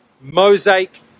mosaic